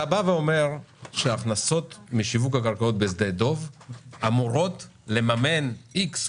אתה אומר שההכנסות משיווק הקרקעות בשדה דב אמורות לממן X,